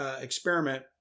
Experiment